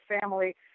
family